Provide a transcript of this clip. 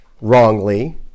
wrongly